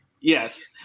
Yes